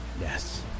Yes